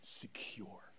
secure